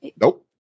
Nope